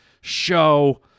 show